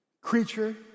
creature